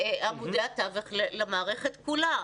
עמודי התווך למערכת כולה.